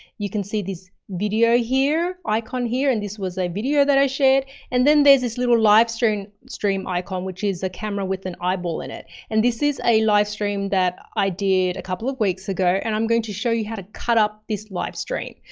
you can see this video here, icon here, and this was a video that i shared and then there's this little live stream icon, which is a camera with an eyeball in it. and this is a livestream that i did a couple of weeks ago and i'm going to show you how to cut up this livestream.